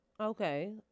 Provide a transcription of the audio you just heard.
Okay